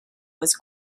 was